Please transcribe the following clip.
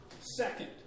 Second